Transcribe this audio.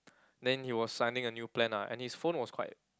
then he was signing a new plan ah and his phone was quite